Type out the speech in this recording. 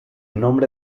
nombre